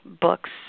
books